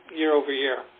year-over-year